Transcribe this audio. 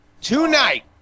Tonight